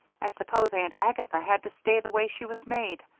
i suppose aunt agatha had to stay the way she was made,